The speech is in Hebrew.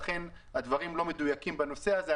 לכן הדברים לא מדויקים בנושא הזה.